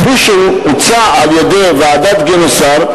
כפי שהוצע על-ידי ועדת-גינוסר,